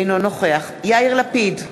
אינו נוכח יאיר לפיד,